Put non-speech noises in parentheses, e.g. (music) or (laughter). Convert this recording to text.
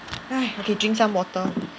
(breath) okay drink some water